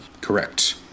Correct